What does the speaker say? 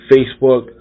Facebook